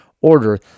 order